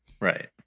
Right